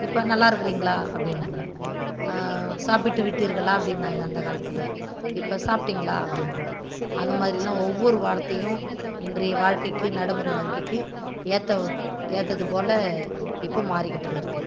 இப்போ நல்லா இருக்கிறீங்களா அப்படின்றோம் சாப்பிட்டு விட்டீர்களா அப்படின்னாங்க அந்த காலத்தில் இப்போ சாப்பிட்டீங்களா அப்படின்றோம் அந்த மாதிரிலாம் ஒவ்வொரு வார்த்தையும் இன்றைய வாழ்க்கைக்கு நடைமுறை வாழ்க்கைக்கு ஏற்ற ஏற்றது போல் இப்போ மாறிக்கிட்டு இருக்கு